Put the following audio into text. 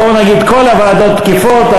בואו נגיד שכל הוועדות תקפות.